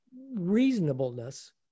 reasonableness